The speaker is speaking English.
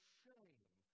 shame